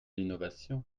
l’innovation